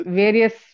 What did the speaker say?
various